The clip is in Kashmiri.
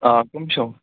آ کٕم چھُو